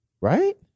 right